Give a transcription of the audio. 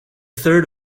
third